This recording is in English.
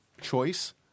choice